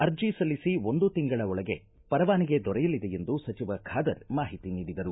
ಅರ್ಜಿ ಸಲ್ಲಿಸಿ ಒಂದು ತಿಂಗಳ ಒಳಗೆ ಪರವಾನಿಗೆ ದೊರೆಯಲಿದೆ ಎಂದು ಸಚಿವ ಖಾದರ್ ಮಾಹಿತಿ ನೀಡಿದರು